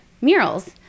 murals